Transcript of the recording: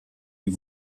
die